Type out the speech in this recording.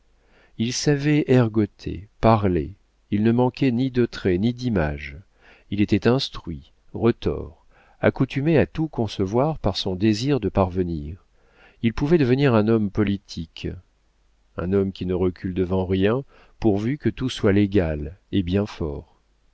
il savait ergoter parler il ne manquait ni de trait ni d'images il était instruit retors accoutumé à tout concevoir par son désir de parvenir il pouvait devenir un homme politique un homme qui ne recule devant rien pourvu que tout soit légal est bien fort